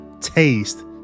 Taste